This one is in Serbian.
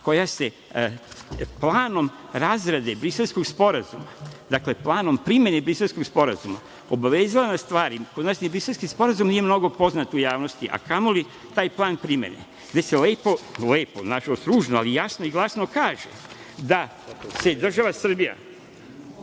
planom razrade Briselskog sporazuma, dakle planom primene Briselskog sporazuma, obavezala na stvari, kod nas ni Briselski sporazum nije mnogo poznat u javnosti, a kamo li taj plan primene, gde se lepo, na žalost, ružno, ali jasno i glasno kaže da će biti